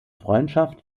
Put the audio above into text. freundschaft